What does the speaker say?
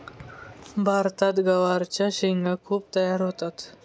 भारतात गवारच्या शेंगा खूप तयार होतात